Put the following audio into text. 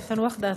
תנוח דעתו.